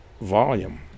volume